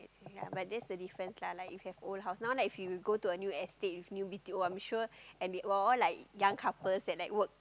ya like just the difference lah like you have old house now like if you go to a new estate with new B_T_O I'm sure and they all like young couples and work